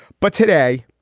but today,